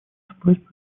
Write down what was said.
просьбой